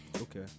Okay